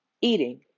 eating